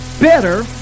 better